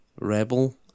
Rebel